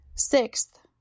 Sixth